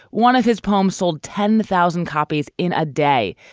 one of his poems sold ten thousand copies in a day,